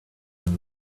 him